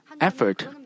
effort